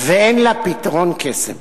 ואין לה פתרון קסם.